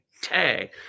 tag